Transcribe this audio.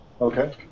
Okay